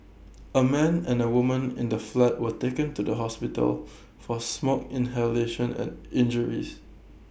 A man and A woman in the flat were taken to the hospital for smoke inhalation and injuries